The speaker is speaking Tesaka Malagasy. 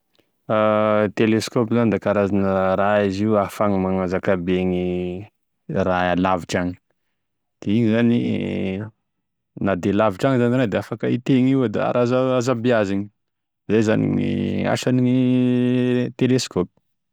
E telesikopy zany da karazana raha izy io ahafagny magnazakabe gny raha lavitry agny de igny zagny na dia lavitra any zany da afaka hinten'io a da a raha azo abeazina, zay zany ny asan' teleskaopy.